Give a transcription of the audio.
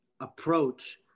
approach